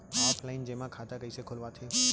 Offline जेमा खाता कइसे खोलवाथे?